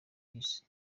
peace